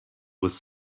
was